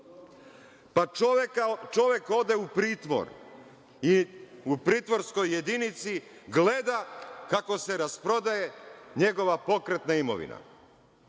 Pa, čovek ode u pritvor i u pritvorskoj jedinici gleda kako se rasprodaje njegova pokretna imovina.